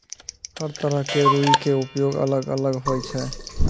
हर तरह के रूई के उपयोग अलग अलग होय छै